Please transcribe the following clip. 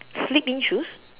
slip in shoes